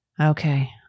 Okay